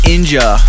Inja